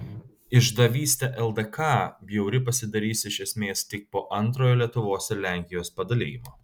išdavystė ldk bjauri pasidarys iš esmės tik po antrojo lietuvos ir lenkijos padalijimo